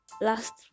last